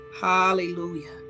Hallelujah